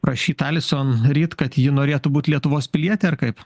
prašyt alison ryt kad ji norėtų būt lietuvos pilietė ar kaip